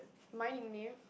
my nickname